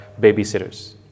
babysitters